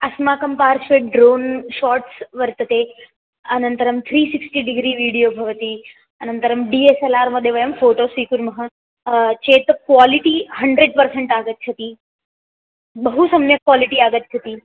अस्माकं पार्श्वे drone shots वर्तते अनन्तरं त्री सिक्स्टि डिग्रि विडियो भवति अनन्तरं डि एस् एल् आर्मध्ये वयं फ़ोटो स्वीकुर्मः चेत तत् क्वालिटि हण्ड्रेड् पर्सेण्ट् आगच्छति बहु सम्यक् क्वालिटि आगच्छति